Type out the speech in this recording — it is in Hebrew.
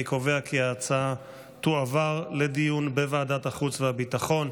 אני קובע כי ההצעה תועבר לדיון בוועדת החוץ והביטחון.